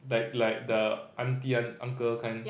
like like the auntie and uncle kind